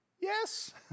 yes